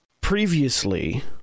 Previously